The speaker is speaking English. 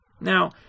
Now